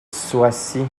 soisy